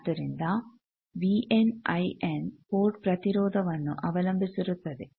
ಆದ್ದರಿಂದ ಪೋರ್ಟ್ ಪ್ರತಿರೋಧವನ್ನು ಅವಲಂಬಿಸಿರುತ್ತದೆ